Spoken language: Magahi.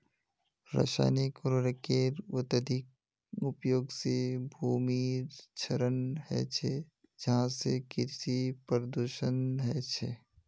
रासायनिक उर्वरकेर अत्यधिक उपयोग से भूमिर क्षरण ह छे जहासे कृषि प्रदूषण ह छे